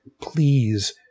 Please